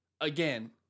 Again